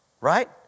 right